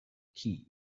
key